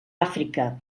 àfrica